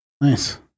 nice